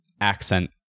accent